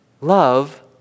love